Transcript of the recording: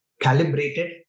calibrated